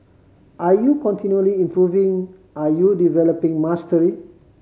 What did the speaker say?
are you continually improving are you developing mastery